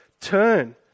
Turn